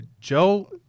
Joe